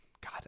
God